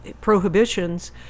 prohibitions